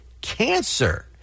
cancer